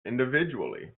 individually